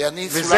ואני סולקתי,